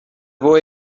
boy